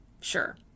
sure